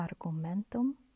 argumentum